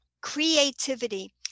Creativity